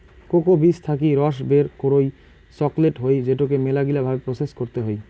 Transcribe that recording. cocoa বীজ থাকি রস বের করই চকলেট হই যেটোকে মেলাগিলা ভাবে প্রসেস করতে হই